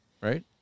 right